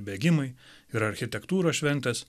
bėgimai ir architektūros šventės